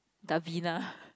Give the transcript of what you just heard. Davina